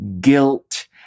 guilt